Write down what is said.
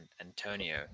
Antonio